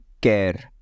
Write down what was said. care